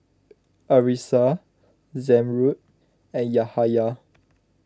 Arissa Zamrud and Yahaya